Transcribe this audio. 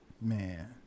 Man